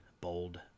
bold